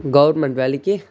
government வேலைக்கு